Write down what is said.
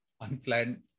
unplanned